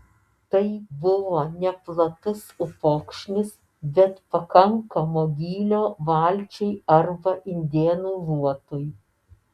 tai buvo neplatus upokšnis bet pakankamo gylio valčiai arba indėnų luotui